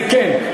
זה כן.